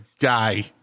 guy